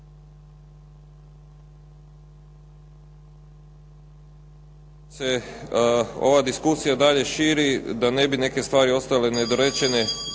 ova diskusija i dalje širi, da neke stvari ne bi ostale nedorečene,